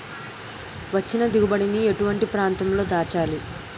వచ్చిన దిగుబడి ని ఎటువంటి ప్రాంతం లో దాచాలి?